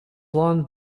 blond